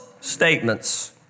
statements